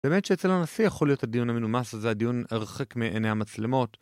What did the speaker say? באמת שאצל הנשיא יכול להיות הדיון המנומס הזה, הדיון הרחק מעיני המצלמות